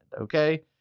okay